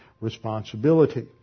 responsibility